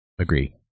Agree